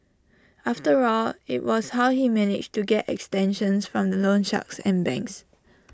after all IT was how he managed to get extensions from the loan shark and banks